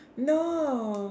no